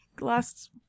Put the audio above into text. last